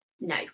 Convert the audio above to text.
no